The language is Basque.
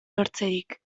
lortzerik